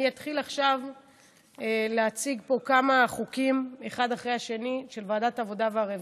אני אתחיל עכשיו להציג פה כמה חוקים של ועדת העבודה והרווחה,